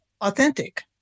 authentic